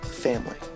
family